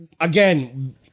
Again